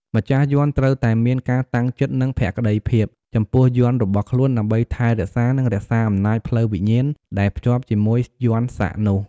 ម្ចាស់យន្តត្រូវតែមាន ការតាំងចិត្ត និង ភាពភក្តី ចំពោះយន្តរបស់ខ្លួន ដើម្បីថែរក្សា និងរក្សាអំណាចផ្លូវវិញ្ញាណដែលភ្ជាប់ជាមួយយន្តសាក់នោះ។